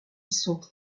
sont